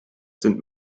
sind